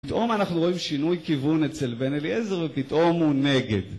פתאום אנחנו רואים שינוי כיוון אצל בן אליעזר, ופתאום הוא נגד.